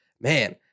man